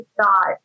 thought